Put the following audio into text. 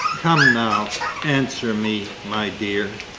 come now, answer me, my dear,